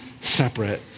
separate